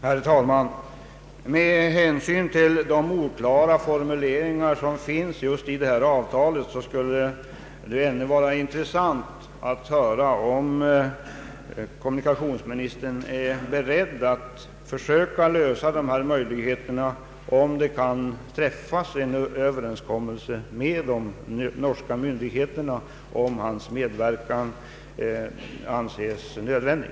Herr talman! Med hänsyn till de oklara formuleringar som förekommer i detta avtal skulle det ändå vara intressant att få reda på om kommunikationsministern är beredd att försöka medverka till att en överenskommelse träffas med de norska myndigheterna, såvida statsrådets medverkan anses nödvändig.